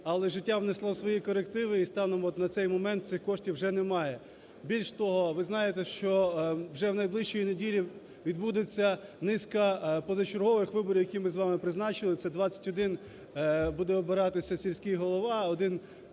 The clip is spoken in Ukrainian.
але життя внесло свої корективи і станом от на цей момент цих коштів вже немає. Більше того, ви знаєте, що вже найближчої неділі відбудеться низка позачергових виборів, які ми з вами призначили, це 21 буде обиратися сільський голова, один